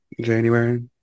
January